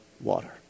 water